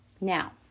Now